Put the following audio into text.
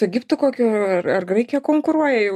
egiptu kokiu ar ar graikija konkuruoja jau